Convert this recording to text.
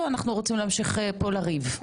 או שאנחנו רוצים להמשיך לריב פה?